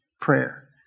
prayer